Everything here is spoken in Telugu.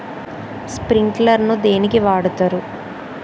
స్ప్రింక్లర్ ను దేనికి వాడుతరు?